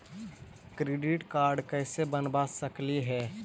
Credit card कैसे बनबा सकली हे?